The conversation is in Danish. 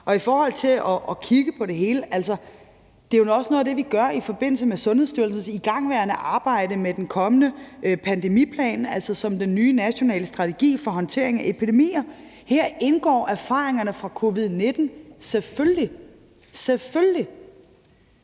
Og i forhold til det her med at kigge på det hele må jeg sige, at det jo også er noget af det, vi gør i forbindelse med Sundhedsstyrelsens igangværende arbejde med den kommende pandemiplan, altså den nye nationale strategi for håndteringen af epidemier. Her indgår erfaringerne fra covid-19 selvfølgelig – selvfølgelig!